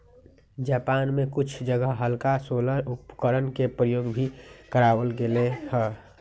Japan में कुछ जगह हल्का सोलर उपकरणवन के प्रयोग भी करावल गेले हल